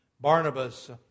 Barnabas